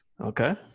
Okay